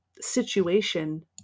situation